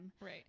right